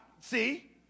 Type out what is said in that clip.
see